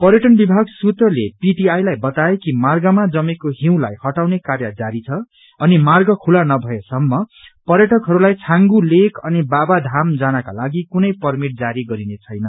पर्यटन विभाग सुत्रले पीटीआई लाई बताए कि मार्गमा जमेको हिउँलाई हटाउने कार्य जारी छ अनि माग खुला नभए सम्म पर्यटकहरूलाई छांगु लेक अनि बबा धाम जानकालागि कुनै परमिट जारी गरिने छैन